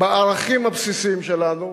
בערכים הבסיסים שלנו,